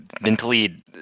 Mentally